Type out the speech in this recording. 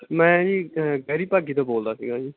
ਮੈਂ ਜੀ ਗੈਰੀ ਭਾਗੀ ਤੋਂ ਬੋਲਦਾ ਸੀਗਾ ਜੀ